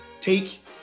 take